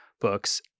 books